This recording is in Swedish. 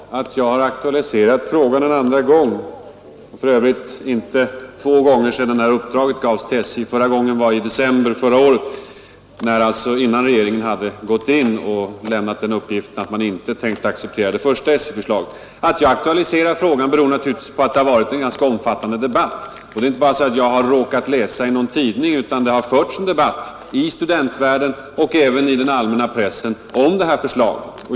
Herr talman! Att jag har aktualiserat frågan en andra gång är riktigt, men det har inte skett två gånger sedan uppdraget gavs till SJ. Den första gången jag tog upp frågan var i december förra året, alltså innan regeringen hade gått in och lämnat uppgiften att man inte tänkte acceptera SJ:s första förslag. Att jag aktualiserat frågan beror naturligtvis på att det varit en ganska omfattande debatt. Jag har inte bara råkat läsa detta i en tidning, utan det har förts en debatt i studentvärlden och även i den allmänna pressen om det här förslaget.